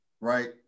right